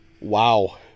wow